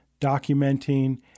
documenting